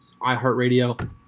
iHeartRadio